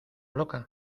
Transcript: loca